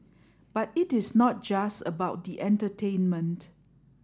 but it is not just about the entertainment